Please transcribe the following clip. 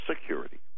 Security